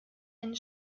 eine